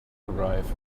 arrive